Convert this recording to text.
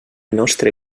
nostre